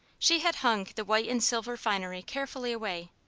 she had hung the white and silver finery carefully away,